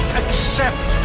accept